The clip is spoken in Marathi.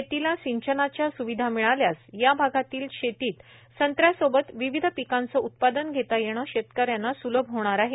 शेतीला सिंचनाच्या स्विधा मिळाल्यास या भागातील शेतीत संत्र्यांसोबत विविध पिकांचे उत्पादन घेता येणे शेतक यांना सुलभ होणार आहे